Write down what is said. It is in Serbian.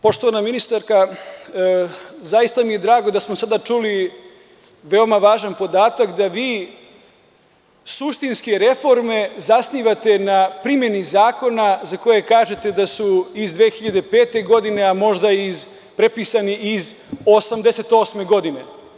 Poštovana ministarka, zaista mi je drago da smo sada čuli veoma važan podatak, da vi suštinske reforme zasnivate na primeni zakona za koje kažete da su iz 2005. godine, a možda prepisani i iz 1988. godine.